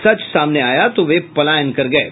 सच सामने आया तो वे पलायन कर गये